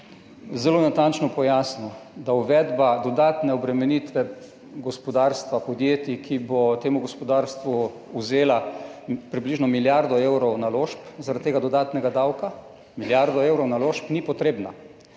zelo natančno pojasnil, da uvedba dodatne obremenitve gospodarstva, podjetij, ki bo temu gospodarstvu vzela približno milijardo evrov naložb zaradi tega dodatnega davka, milijardo evrov naložb, ni potrebna.